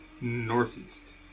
northeast